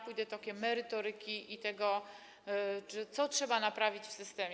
Pójdę tokiem merytoryki i tego, co trzeba naprawić w systemie.